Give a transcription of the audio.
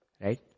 Right